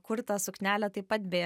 kurtą suknelę taip pat beje